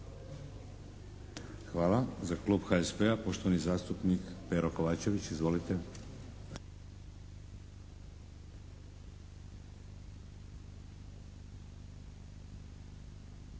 Hvala. Za Klub HSP-a poštovani zastupnik Pero Kovačević. Izvolite.